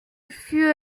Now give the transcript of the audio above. fut